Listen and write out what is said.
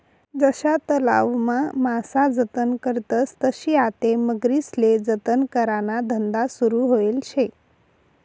जशा तलावमा मासा जतन करतस तशी आते मगरीस्ले जतन कराना धंदा सुरू व्हयेल शे